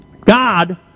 God